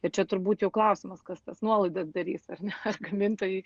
ir čia turbūt jau klausimas kas tas nuolaidas darys ar ne gamintojui